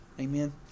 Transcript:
Amen